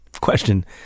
question